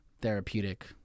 therapeutic